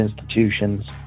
institutions